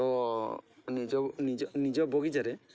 ନିଜ ନିଜ ନିଜ ବଗିଚାରେ